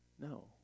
No